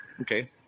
Okay